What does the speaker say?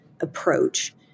approach